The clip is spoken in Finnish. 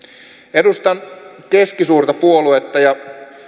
edustan keskisuurta puoluetta ja